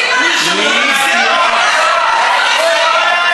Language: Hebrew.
מי הבטיח לכם?